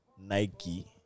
Nike